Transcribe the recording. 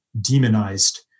demonized